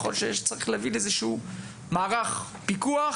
יכול להיות שצריך להביא לאיזשהו מערך של פיקוח